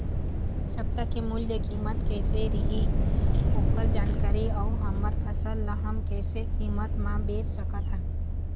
सप्ता के मूल्य कीमत कैसे रही ओकर जानकारी अऊ हमर फसल ला हम कैसे कीमत मा बेच सकत हन?